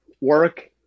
work